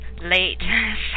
late